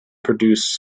produce